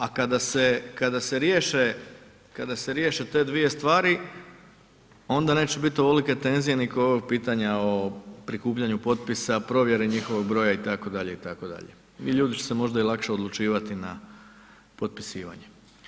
A kada se, kada se riješe te dvije stvari onda neće biti niti ovolike tenzije ni kod ovog pitanja o prikupljanju potpisa, provjere njihovog broja itd., itd. i ljudi će se možda i lakše odlučivati na potpisivanje.